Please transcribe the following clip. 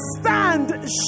stand